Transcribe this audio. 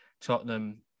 Tottenham